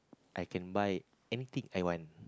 I can buy anything I want